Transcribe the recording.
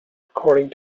according